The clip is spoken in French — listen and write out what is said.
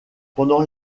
pendant